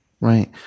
right